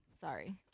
sorry